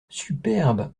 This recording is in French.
superbe